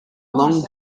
long